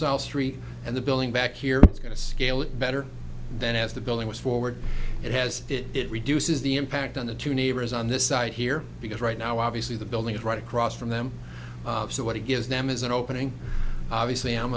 south street and the building back here is going to scale it better then as the building was forward it has it reduces the impact on the two neighbors on this side here because right now obviously the building is right across from them so what he gives them is an opening obviously i'm